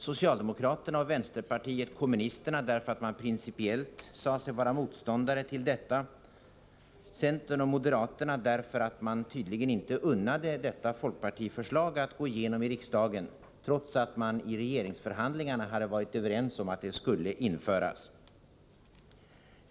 Socialdemokraterna och vänsterpartiet kommunisterna gick emot det därför att man, som man sade, principiellt var motståndare till detta, centern och moderaterna tydligen därför att man inte unnade detta folkpartiförslag att gå igenom i riksdagen, trots att man i regeringsförhandlingarna hade varit överens om att det skulle genomföras.